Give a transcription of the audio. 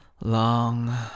long